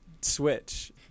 switch